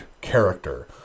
character